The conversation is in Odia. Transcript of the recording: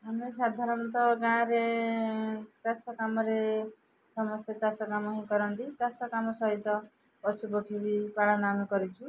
ଆମେ ସାଧାରଣତଃ ଗାଁରେ ଚାଷ କାମରେ ସମସ୍ତେ ଚାଷ କାମ ହିଁ କରନ୍ତି ଚାଷ କାମ ସହିତ ପଶୁପକ୍ଷୀ ବି ପାଳନ ଆମେ କରିଛୁ